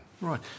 Right